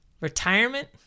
Retirement